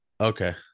okay